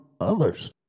others